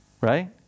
right